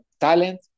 talent